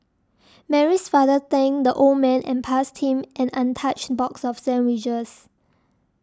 Mary's father thanked the old man and passed him an untouched box of sandwiches